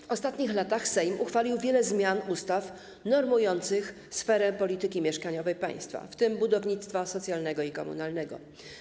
W ostatnich latach Sejm uchwalił wiele zmian ustaw normujących sferę polityki mieszkaniowej państwa, w tym budownictwa socjalnego i komunalnego.